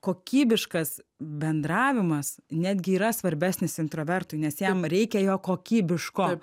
kokybiškas bendravimas netgi yra svarbesnis intravertui nes jam reikia jo kokybiško